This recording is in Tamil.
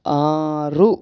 ஆறு